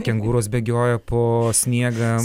kengūros bėgioja po sniegą